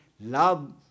love